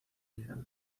vida